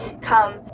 come